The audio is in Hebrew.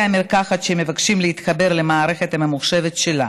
המרקחת שמבקשים להתחבר למערכת הממוחשבת שלה.